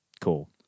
cool